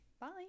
bye